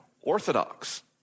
orthodox